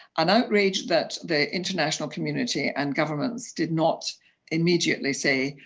an outrage that the international community and governments did not immediately say,